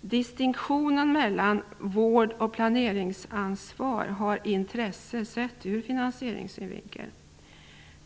Distinktionen mellan vård och planeringsansvar har intresse sett ur finansieringssynvinkel.